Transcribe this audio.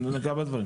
כמה דברים,